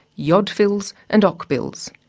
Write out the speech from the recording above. yodfils and ocbils.